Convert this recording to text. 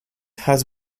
has